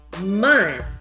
month